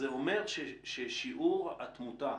זה אומר ששיעור התמותה